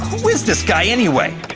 who is this guy anyway?